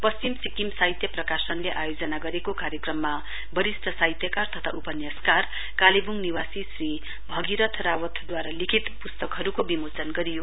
पश्चिम सिक्किम साहित्य प्रकाशनले आयोजन गरेको कार्यक्रममा वरिष्ट साहित्यकार तथा उपन्यासकार कालेबुङ निवासी श्री भगीरथ रावतद्वारा लिखित पुस्तकहरूको विमोचन गरियो